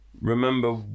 remember